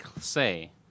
say